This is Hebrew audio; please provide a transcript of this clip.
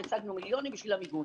השגנו מיליונים בשביל המיגון.